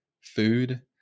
food